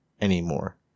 anymore